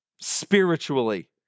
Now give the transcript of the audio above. spiritually